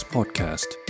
Podcast